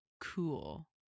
cool